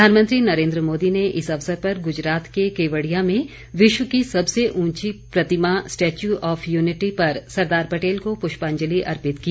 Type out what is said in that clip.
प्रधानमंत्री नरेंद्र मोदी ने इस अवसर पर गुजरात के केवड़िया में विश्व की सबसे ऊंची प्रतिमा स्टेच्यू ऑफ यूनिटी पर सरदार पटेल को पुष्पांजलि अर्पित की